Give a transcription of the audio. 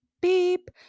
beep